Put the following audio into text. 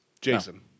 Jason